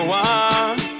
one